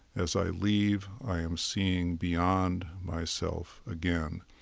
as i leave, i am seeing beyond myself again.